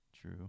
True